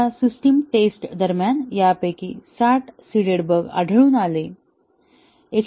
आता system test दरम्यान यापैकी 60 सीडेड बग आढळून आले